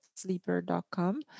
Sleeper.com